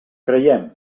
creiem